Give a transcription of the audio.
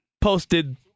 posted